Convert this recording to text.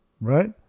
Right